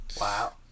Wow